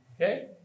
Okay